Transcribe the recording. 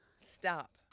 Stop